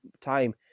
time